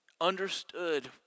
understood